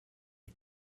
and